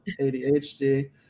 ADHD